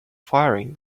firing